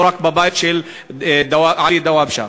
לא רק בבית של עלי דוואבשה.